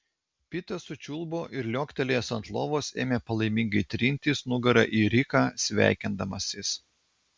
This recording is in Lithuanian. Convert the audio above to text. pitas sučiulbo ir liuoktelėjęs ant lovos ėmė palaimingai trintis nugara į riką sveikindamasis